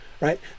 right